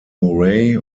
murray